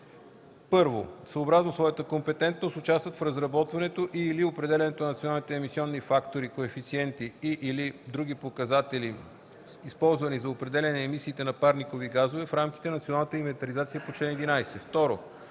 1: 1. съобразно своята компетентност участват в разработването и/или определянето на националните емисионни фактори/коефициенти и/или други показатели, използвани за определяне емисиите на парникови газове, в рамките на националната инвентаризация по чл. 11;